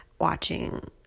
watching